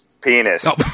penis